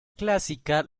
clásica